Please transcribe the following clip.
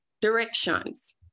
directions